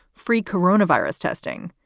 free coronavirus testing,